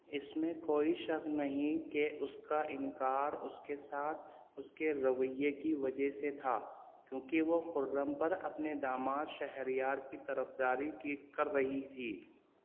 اس میں کوئی شک نہیں کہ اس کا انکار اس کے ساتھ اس کے رویے کی وجہ سے تھا کیونکہ وہ خرم پر اپنے داماد شہریار کی طرف داری کی کر رہی تھی